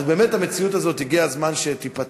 אז באמת המציאות הזאת, הגיע הזמן שתיפתר.